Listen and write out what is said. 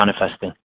manifesting